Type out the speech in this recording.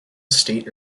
state